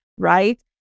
right